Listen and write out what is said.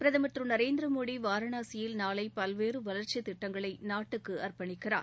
பிரதமர் திரு நரேந்திர மோடி வாரணாசியில் நாளை பல்வேறு வளர்ச்சி திட்டங்களை நாட்டுக்கு அர்ப்பணிக்கிறார்